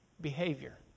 behavior